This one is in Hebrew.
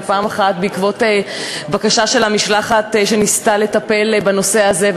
ופעם אחת בעקבות בקשה של המשלחת שניסתה לטפל בנושא הזה.